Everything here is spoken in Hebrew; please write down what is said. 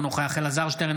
אינו נוכח אלעזר שטרן,